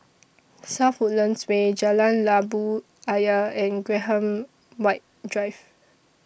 South Woodlands Way Jalan Labu Ayer and Graham White Drive